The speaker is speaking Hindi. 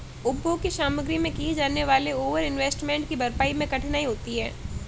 उपभोग की सामग्री में किए जाने वाले ओवर इन्वेस्टमेंट की भरपाई मैं कठिनाई होती है